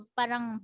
parang